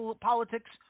politics